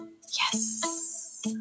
Yes